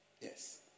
Yes